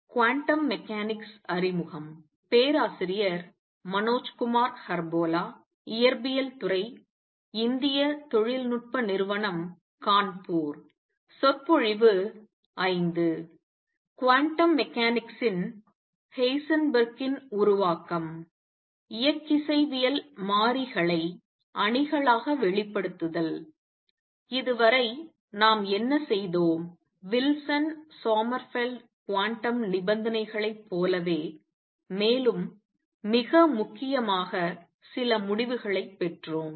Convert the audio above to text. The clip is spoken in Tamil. குவாண்டம் மெக்கானிக்ஸின் ஹெய்சன்பெர்க்கின் உருவாக்கம் இயக்கிசைவியல் மாறிகளை அணிகளாக வெளிப்படுத்துதல் இதுவரை நாம் என்ன செய்தோம் வில்சன் சோமர்ஃபெல்ட் குவாண்டம் நிபந்தனைகளைப் போலவே மேலும் மிக முக்கியமாக சில முடிவுகளைப் பெற்றோம்